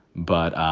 but